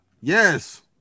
Yes